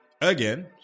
again